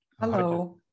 Hello